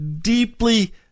deeply